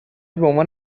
بعنوان